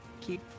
keep